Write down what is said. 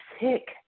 sick